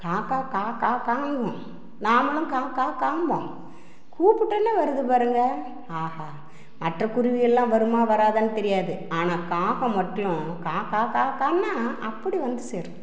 காக்கா கா கா காங்கும் நாமளும் கா கா காம்போம் கூப்பிட்டோனே வருது பாருங்கள் ஆஹா மற்ற குருவிகள் எல்லாம் வருமா வராதான்னு தெரியாது ஆனால் காகம் மட்டும் கா கா கா கான்னா அப்படி வந்து சேரும்